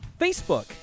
Facebook